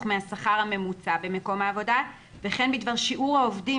מהשכר הממוצע במקום העבודה וכן בדבר שיעור העובדים